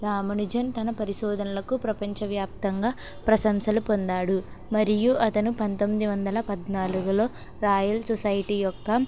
రామునిజన్ తన పరిశోధనలకు ప్రపంచవ్యాప్తంగా ప్రశంసలు పొందాడు మరియు అతను పంతొమ్మిది వందల పద్నాలుగులో రాయల్ సొసైటీ యొక్క